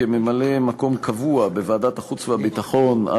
כממלא-מקום קבוע בוועדת החוץ והביטחון,